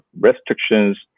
restrictions